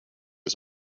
was